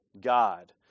God